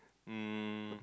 um